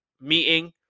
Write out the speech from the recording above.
meeting